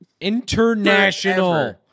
International